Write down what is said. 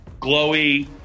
glowy